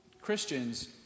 Christians